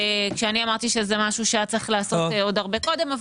כשאני אמרתי שזה משהו שהיה צריך להיעשות עוד הרבה קודם,